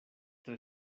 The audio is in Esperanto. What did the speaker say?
tre